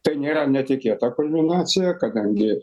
tai nėra netikėta kulminacija kadangi